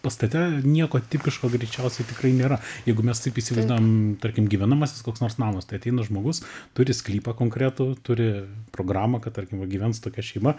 pastate nieko tipiško greičiausiai tikrai nėra jeigu mes taip įsivaizduojam tarkim gyvenamasis koks nors namas tai ateina žmogus turi sklypą konkretų turi programą kad tarkim va gyvens tokia šeima